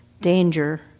danger